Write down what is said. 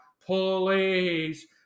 Please